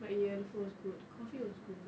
but U_F_O is good coffee was good